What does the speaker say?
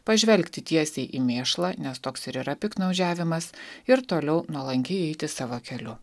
pažvelgti tiesiai į mėšlą nes toks ir yra piktnaudžiavimas ir toliau nuolankiai eiti savo keliu